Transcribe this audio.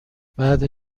بعد